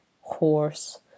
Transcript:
horse